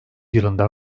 yılında